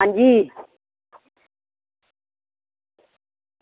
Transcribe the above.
आं जी